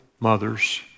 mothers